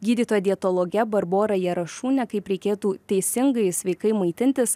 gydytoja dietologe barbora jarašūne kaip reikėtų teisingai sveikai maitintis